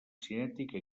cinètica